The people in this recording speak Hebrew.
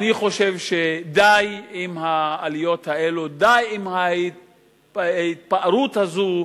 אני חושב שדי עם העליות האלו, די עם ההתפארות הזו,